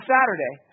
Saturday